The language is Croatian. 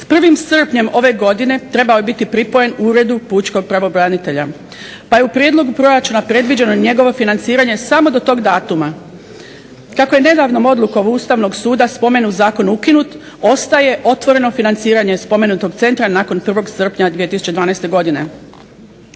s 1. srpnjem ove godine trebao je biti pripojen Uredu pučkog pravobranitelja, pa je u prijedlogu proračuna predviđeno njegovo financiranje samo do tog datuma. Kako je nedavnom odlukom Ustavnog suda spomenut zakon ukinut ostaje otvoreno financiranje spomenutog centra nakon 1. Srpnja 2012. godine.